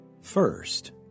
first